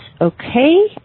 okay